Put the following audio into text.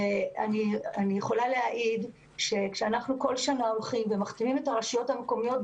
אני יכולה להעיד שכאשר אנחנו בכל שנה מחתימים את הרשויות המקומיות,